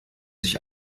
sich